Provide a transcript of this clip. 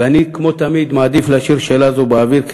ואני כמו תמיד מעדיף להשאיר שאלה זו באוויר,